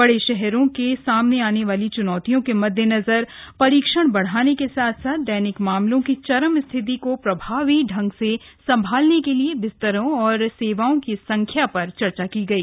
बड़े शहरों के सामने आने वाली चुनौतियों के मद्देनजर परीक्षण बढ़ाने के साथ साथ दैनिक मामलों की चरम स्थिति को प्रभावी ढंग से संभालने के लिए बिस्तरों और सेवाओं की संख्या पर चर्चा की गई